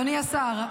אדוני השר,